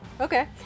Okay